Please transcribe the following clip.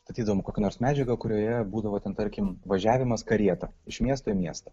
statydavom kokią nors medžiagą kurioje būdavo ten tarkim važiavimas karieta iš miesto į miestą